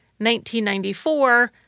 1994